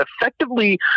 effectively